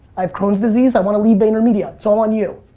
i have chron's disease. i want to leave vaynermedia. it's all on you.